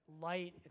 light